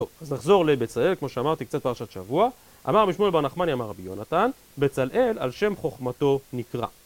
טוב, אז נחזור לבצלאל, כמו שאמרתי קצת פרשת שבוע אמר משמעון בר נחמני, אמר רבי יונתן בצלאל על שם חוכמתו נקרא